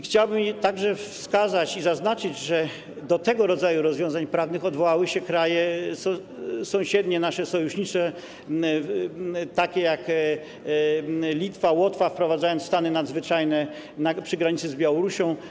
Chciałbym także wskazać i zaznaczyć, że do tego rodzaju rozwiązań prawnych odwołały się kraje sąsiednie, nasi sojusznicy, takie jak Litwa i Łotwa, wprowadzając stany nadzwyczajne przy granicy z Białorusią.